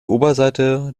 oberseite